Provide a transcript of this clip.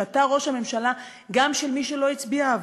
שאתה ראש הממשלה גם של מי שלא הצביע עבורך.